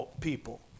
people